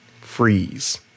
freeze